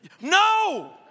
No